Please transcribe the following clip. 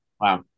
wow